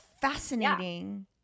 fascinating